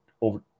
over